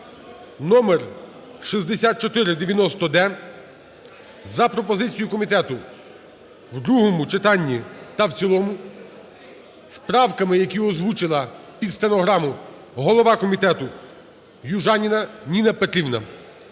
(№6490-д) за пропозицією комітету в другому читанні та в цілому з правками, які озвучила під стенограму голова комітету Южаніна Ніна Петрівна,